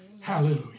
Hallelujah